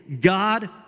God